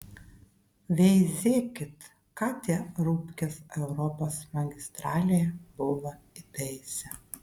veizėkit ką tie rupkės europos magistralėje buvo įtaisę